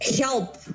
help